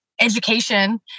education